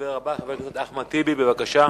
הדובר הבא, חבר הכנסת אחמד טיבי, בבקשה.